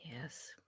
Yes